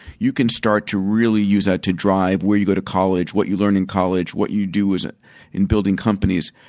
you can start to really use that to drive where you go to college, what you learn in college, what you do in building companies.